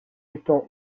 étant